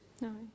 No